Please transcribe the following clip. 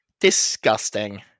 Disgusting